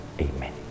Amen